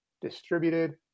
distributed